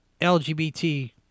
LGBT